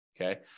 Okay